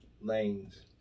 lanes